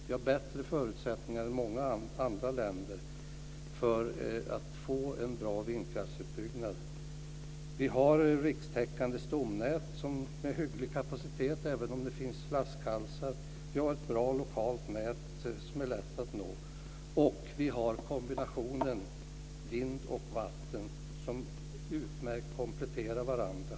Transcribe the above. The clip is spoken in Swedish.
Vi har bättre förutsättningar än många andra länder för att få en bra vindkraftsutbyggnad. Vi har rikstäckande stomnät med hygglig kapacitet, även om det finns flaskhalsar. Vi har ett bra lokalt nät som är lätt att nå, och vi har kombinationen av vind och vatten som utmärkt kompletterar varandra.